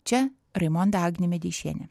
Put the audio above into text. čia raimonda agnė medeišienė